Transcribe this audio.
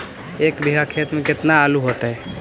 एक बिघा खेत में केतना आलू होतई?